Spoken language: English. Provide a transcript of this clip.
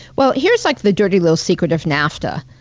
well, here's like the dirty little secret of nafta.